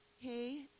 hey